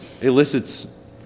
elicits